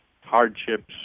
hardships